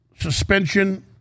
suspension